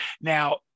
Now